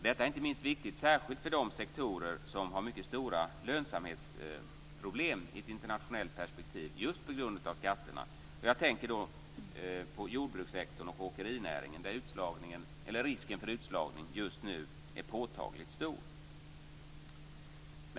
Det är inte minst viktigt för de sektorer som har mycket stora lönsamhetsproblem i ett internationellt perspektiv just på grund av skatterna. Jag tänker då på jordbrukssektorn och åkerinäringen där risken för utslagning just nu är påtagligt stor.